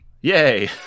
Yay